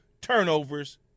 turnovers